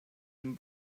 and